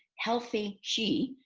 healthy she,